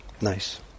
nice